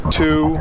two